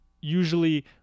usually